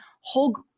whole